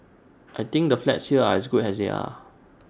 I think the flats here are good as they are